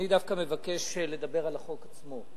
אני דווקא מבקש לדבר על החוק עצמו,